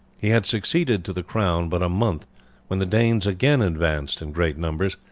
he had succeeded to the crown but a month when the danes again advanced in great numbers.